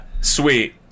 sweet